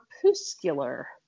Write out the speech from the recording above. Crepuscular